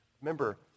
Remember